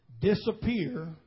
disappear